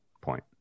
point